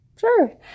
sure